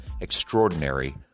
extraordinary